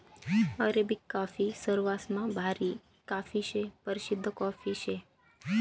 Arabic coffee सरवासमा भारी coffee शे, परशिद्ध कॉफी शे